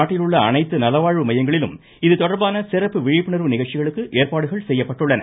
நாட்டில் உள்ள அனைத்து நலவாழ்வு மையங்களிலும் இதுதொடர்பான சிறப்பு விழிப்புணர்வு நிகழ்ச்சிகளுக்கு ஏற்பாடுகள் செய்யப்பட்டுள்ளன